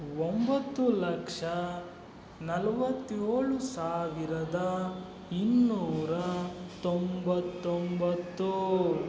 ಒಂಬತ್ತು ಲಕ್ಷ ನಲ್ವತ್ತೇಳು ಸಾವಿರದ ಇನ್ನೂರ ತೊಂಬತ್ತೊಂಬತ್ತು